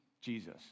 Jesus